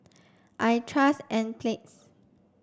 I trust Enzyplex